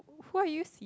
why you use